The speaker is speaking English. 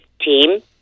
team